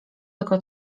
tylko